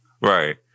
Right